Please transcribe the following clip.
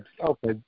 okay